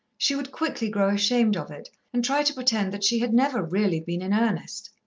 she would quickly grow ashamed of it, and try to pretend that she had never really been in earnest.